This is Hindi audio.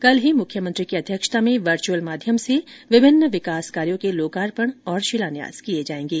कल ही मुख्यमंत्री की अध्यक्षता में वर्चुअल माध्यम से विभिन्न विकास कार्यो के लोकार्पण और शिलान्यास किए जाएंगे